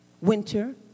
winter